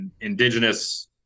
indigenous